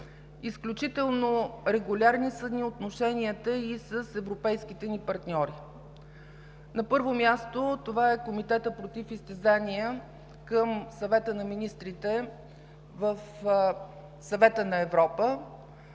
изключително регулярни са отношенията и с европейските ни партньори. На първо място това е Комитетът против изтезания към Съвета на министрите в Съвета на Европа,